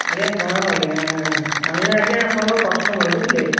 ଆଜ୍ଞା ପ୍ରଣାମ ଆଜ୍ଞା ଆମେ ଆଜ୍ଞା ଆପଣଙ୍କ କଷ୍ଟମର୍ ବୁଝିଲେ